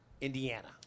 Indiana